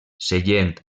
sellent